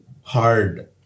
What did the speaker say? hard